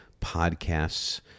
podcasts